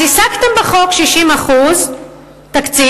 אז השגתם בחוק 60% תקציב,